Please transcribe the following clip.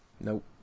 Nope